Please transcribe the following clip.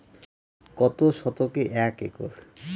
কত শতকে এক একর?